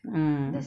ah